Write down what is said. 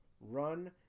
run